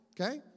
Okay